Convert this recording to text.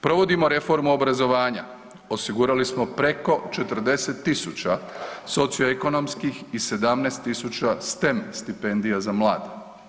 Provodimo reformu obrazovanja, osigurali smo preko 40.000 socioekonomskih i 17.000 STEM stipendija za mlade.